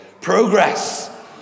Progress